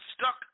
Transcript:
stuck